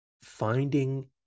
finding